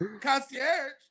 Concierge